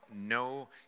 no